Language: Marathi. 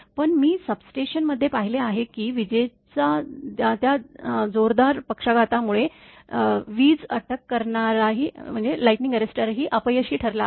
पण मी सबस्टेशन मध्ये पाहिले आहे की विजेच्या त्या जोरदार पक्षाघातामुळे वीज अटक करणाराही अपयशी ठरला आहे